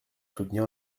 soutenir